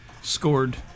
Scored